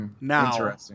Now